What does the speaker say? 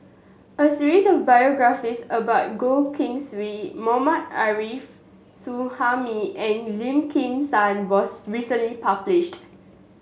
a series of biographies about Goh Keng Swee Mohammad Arif Suhaimi and Lim Kim San was recently published